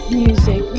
music